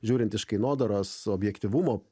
žiūrint iš kainodaros objektyvumo